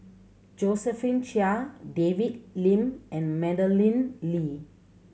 Josephine Chia David Lim and Madeleine Lee